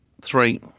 three